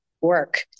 work